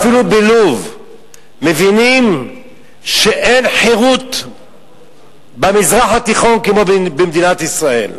אפילו בלוב מבינים שאין חירות במזרח התיכון כמו במדינת ישראל.